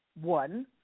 one